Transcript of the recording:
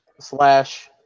slash